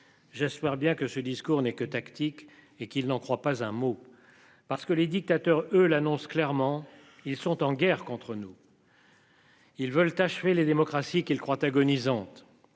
J'espère bien que ce discours n'est que tactique et qu'il n'en croient pas un mot parce que les dictateurs eux l'annonce clairement ils sont en guerre contre nous. Ils veulent achever les démocraties qu'qui croient agonisante.